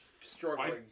struggling